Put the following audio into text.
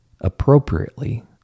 appropriately